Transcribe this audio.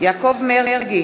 יעקב מרגי,